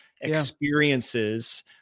experiences